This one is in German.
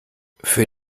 für